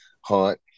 hunt